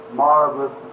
marvelous